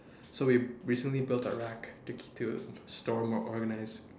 so we recently built a rack to to store more organize